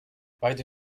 beide